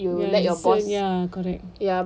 you listen ya correct correct